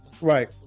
right